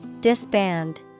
Disband